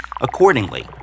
accordingly